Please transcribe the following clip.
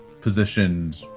positioned